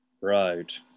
Right